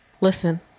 Listen